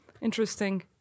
interesting